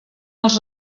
els